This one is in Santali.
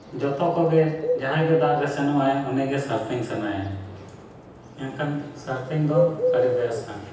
ᱡᱚᱛᱚ ᱠᱚᱜᱮ ᱡᱟᱦᱟᱸᱭᱜᱮ ᱫᱟᱜᱨᱮ ᱥᱮᱱᱚᱜ ᱟᱭ ᱩᱱᱤᱜᱮ ᱥᱟᱨᱯᱷᱤᱝ ᱥᱟᱱᱟᱭᱮᱭᱟ ᱢᱮᱱᱠᱷᱟᱱ ᱥᱟᱨᱯᱷᱤᱝ ᱫᱚ ᱟᱹᱰᱤ ᱵᱮᱥᱟ